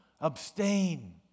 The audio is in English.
abstain